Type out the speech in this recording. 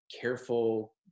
careful